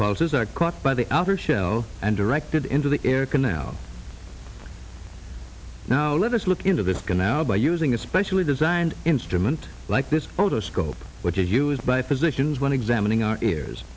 impulses are caught by the outer shell and directed into the air can now now let us look into this canal by using a specially designed instrument like this photo scope which is used by physicians when examining our ears